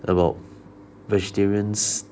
about vegetarians